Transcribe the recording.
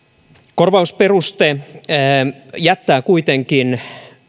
korvausperuste jättää kuitenkin